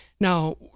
Now